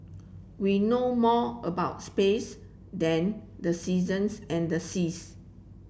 we know more about space than the seasons and the seas